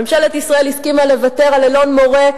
ממשלת ישראל הסכימה לוותר על אלון-מורה,